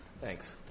Thanks